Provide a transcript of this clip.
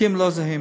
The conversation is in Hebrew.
החוקים לא זהים,